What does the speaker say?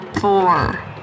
Four